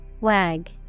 Wag